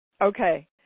Okay